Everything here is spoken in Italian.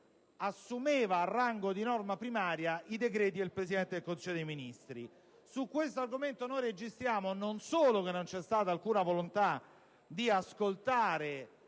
assumeva a rango di norma primaria i decreti del Presidente del Consiglio dei ministri. Su questo argomento registriamo non solo che non c'è stata alcuna volontà di ascoltare